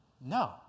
No